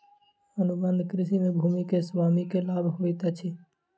अनुबंध कृषि में भूमि के स्वामी के लाभ होइत अछि